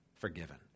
forgiven